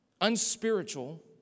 unspiritual